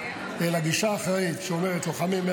אלא גישה אחראית שאומרת שלוחמים,